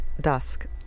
dusk